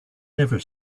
never